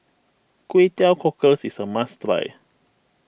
Kway Teow Cockles is a must try